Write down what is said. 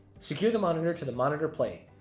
secure the monitor to the monitor plate,